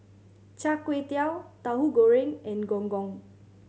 Char Kway Teow Tauhu Goreng and Gong Gong